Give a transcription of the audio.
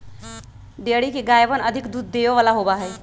dairy के गायवन अधिक दूध देवे वाला होबा हई